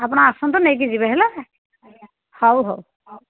ଆପଣ ଆସନ୍ତୁ ନେଇକି ଯିବେ ହେଲା ହଉ ହଉ